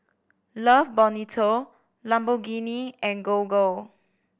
Love Bonito Lamborghini and Gogo